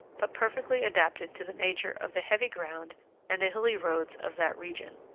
but perfectly adapted to the nature of the heavy ground and the hilly roads of that region.